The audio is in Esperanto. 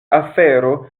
afero